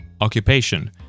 occupation